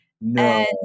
No